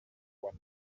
one